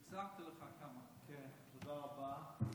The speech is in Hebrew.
תודה רבה,